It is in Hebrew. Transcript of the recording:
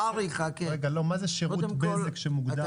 חברות סלולר וחברת בזק נשארות ברישיון.